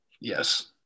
Yes